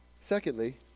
Secondly